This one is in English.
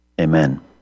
Amen